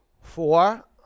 four